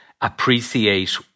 appreciate